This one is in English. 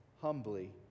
humbly